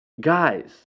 guys